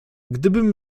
gdybym